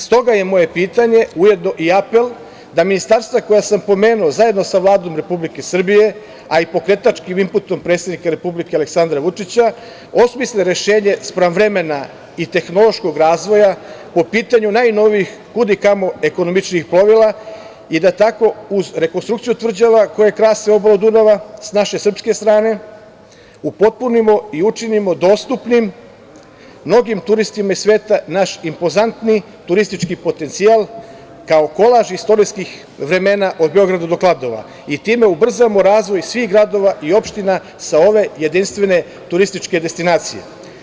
Stoga je moje pitanje, ujedno i apel da ministarstva koja sam pomenuo, zajedno sa Vladom Republike Srbije, a i pokretačkim imputom predsednika Republike Aleksandra Vučića, osmisle rešenje spram vremena i tehnološkog razvoja po pitanju najnovijih kud i kamo ekonomičnijih plovila i da tako uz rekonstrukciju tvrđava koje krase obalu Dunava sa naše srpske strane, upotpunimo i učinimo dostupnim mnogim turistima iz sveta naš impozantni turistički potencijal kao kolaž istorijskih vremena od Beograda do Kladova i time ubrzamo razvoj svih gradova i opština sa ove jedinstvene turističke destinacije.